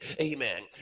amen